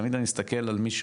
תמיד אני מסתכל על מי,